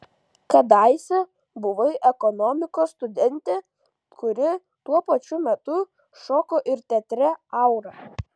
kadaise buvai ekonomikos studentė kuri tuo pačiu metu šoko ir teatre aura